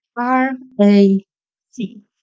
R-A-C